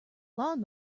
lawn